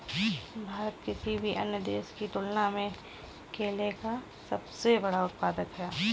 भारत किसी भी अन्य देश की तुलना में केले का सबसे बड़ा उत्पादक है